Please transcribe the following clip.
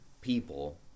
people